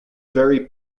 very